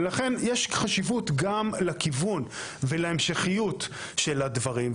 ולכן יש חשיבות גם לכיוון ולהמשכיות של הדברים.